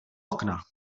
okna